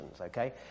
okay